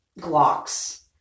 Glocks